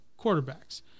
quarterbacks